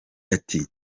ati